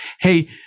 hey